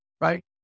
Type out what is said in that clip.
right